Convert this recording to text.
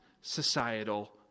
societal